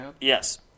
Yes